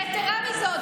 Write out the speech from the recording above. יתרה מזאת,